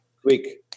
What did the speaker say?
quick